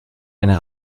eine